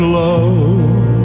love